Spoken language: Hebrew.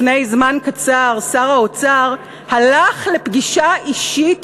לפני זמן קצר הלך שר האוצר לפגישה אישית